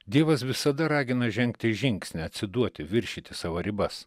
dievas visada ragina žengti žingsnį atsiduoti viršyti savo ribas